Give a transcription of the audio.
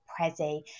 Prezi